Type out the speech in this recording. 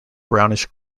brownish